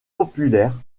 populaire